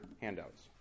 handouts